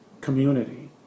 community